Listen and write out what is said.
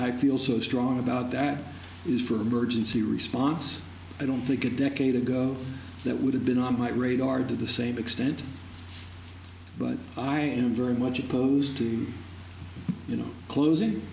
i feel so strongly about that is for emergency response i don't think a decade ago that would have been on my radar to the same extent but i am very much opposed to you know closing